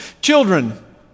Children